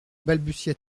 balbutia